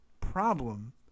problem